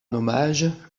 hommage